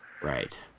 Right